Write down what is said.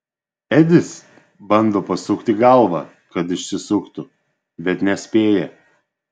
edis bando pasukti galvą kad išsisuktų bet nespėja